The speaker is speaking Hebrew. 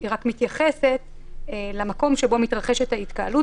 היא רק מתייחסת למקום שבו מתרחשת ההתקהלות,